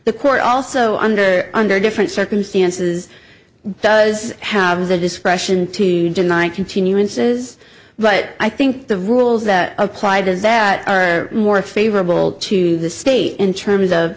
the court also under under different circumstances does have the discretion to deny continuances but i think the rules that apply to zat are more favorable to the state in terms of